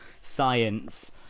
science